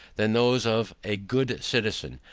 than those of a good citizen,